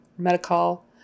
Medical